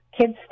kids